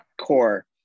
core